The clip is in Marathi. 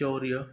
शौर्य